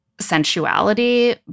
sensuality